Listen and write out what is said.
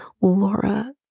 laura